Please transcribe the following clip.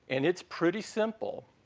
and it's pretty simple.